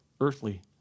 earthly